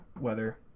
weather